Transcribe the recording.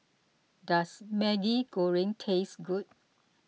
does Maggi Goreng taste good